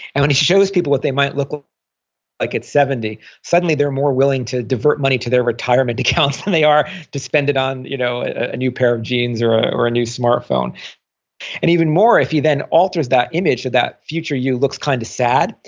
and when he shows people what they might look ah like at seventy, suddenly, they're more willing to divert more money to their retirement account than they are to spend it on you know a new pair of jeans or ah or a new smartphone and even more if he then alters that image so that future you looks kind of sad.